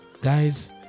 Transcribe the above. Guys